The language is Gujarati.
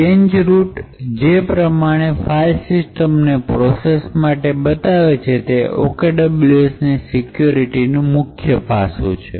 ચેન્જ રૂટ જે પ્રમાણે ફાઈલ સિસ્ટમ ને પ્રોસેસ માટે બતાવે છે તે OKWS ની સિક્યુરિટીનું મુખ્ય પાસું છે